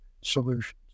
solutions